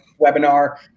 webinar